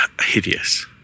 hideous